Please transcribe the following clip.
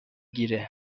گیره